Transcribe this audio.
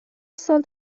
سال